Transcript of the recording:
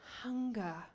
hunger